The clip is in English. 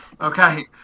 Okay